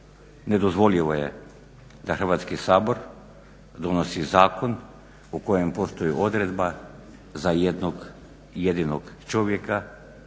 Nedozvoljivo je da Hrvatski sabor donosi zakon u kojem postoji odredba za jednog jedinog čovjeka,